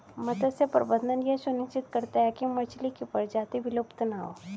मत्स्य प्रबंधन यह सुनिश्चित करता है की मछली की प्रजाति विलुप्त ना हो